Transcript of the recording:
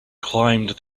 climbed